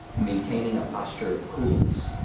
maintaining a posture of coolness.